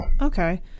Okay